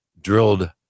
drilled